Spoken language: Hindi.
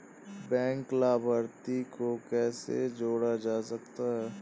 बैंक लाभार्थी को कैसे जोड़ा जा सकता है?